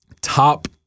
top